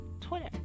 Twitter